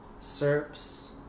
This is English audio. Serps